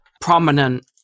prominent